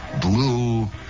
blue